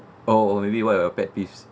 oh maybe what are your pet peeves